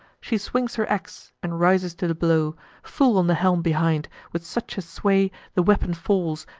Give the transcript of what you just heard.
she swings her ax, and rises to the blow full on the helm behind, with such a sway the weapon falls,